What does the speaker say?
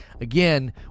again